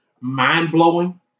mind-blowing